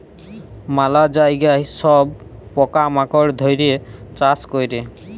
ম্যালা জায়গায় সব পকা মাকড় ধ্যরে চাষ ক্যরে